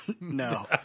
No